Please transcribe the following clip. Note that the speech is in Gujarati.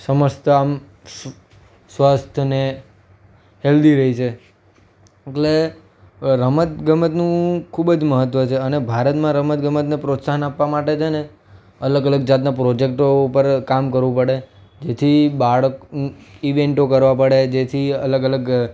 સમસ્ત આમ સ્વસ્થ ને હેલ્દી રહે છે એટલે રમત ગમતનું ખૂબ જ મહત્ત્વ છે અને ભારતમાં રમત ગમતને પ્રોત્સાહન આપવા માટે છે ને અલગ અલગ જાતના પ્રોજેકટો ઉપર કામ કરવું પડે જેથી બાળક ઇવેંટો કરવા પડે જેથી અલગ અલગ